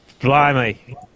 Blimey